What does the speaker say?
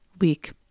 week